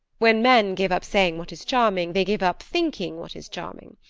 when men give up saying what is charming, they give up thinking what is charming.